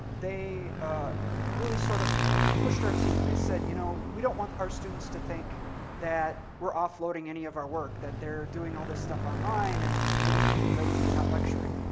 they ah really sort of pushed our team. they said, you know we don't want our students to think that we're offloading any of our work, that they're doing all this stuff online and we're just being lazy and not lecturing.